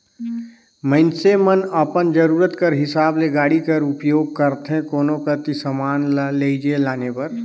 मइनसे मन अपन जरूरत कर हिसाब ले गाड़ी कर उपियोग करथे कोनो कती समान ल लेइजे लाने बर